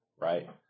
Right